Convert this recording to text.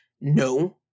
no